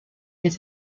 les